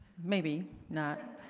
maybe not.